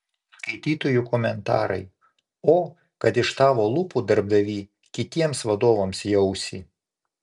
skaitytojų komentarai o kad iš tavo lūpų darbdavy kitiems vadovams į ausį